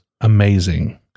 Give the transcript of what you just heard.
amazing